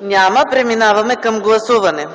Няма. Преминаваме към гласуване.